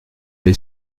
les